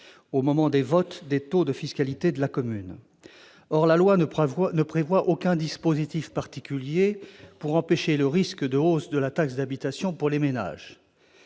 au moment des votes des taux de fiscalité de la commune. Or la loi ne prévoit aucun dispositif particulier pour empêcher le risque de hausse de la taxe d'habitation pour les ménages.